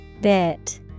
Bit